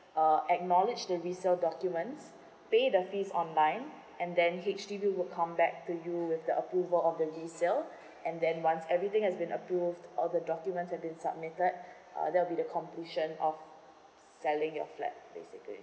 uh acknowledge the visa documents pay the fees online and then H_D_B will come back to you with the approval of the resale and then once everything has been approved or the document have been submitted uh that will be the completion of selling your flat basically